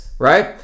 right